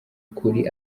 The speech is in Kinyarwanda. kuri